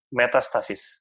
metastasis